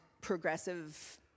progressive